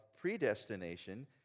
predestination